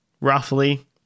roughly